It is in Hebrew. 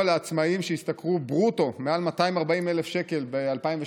לעצמאים שהשתכרו ברוטו מעל 240,000 שקל ב-2018.